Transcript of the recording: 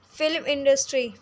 film industry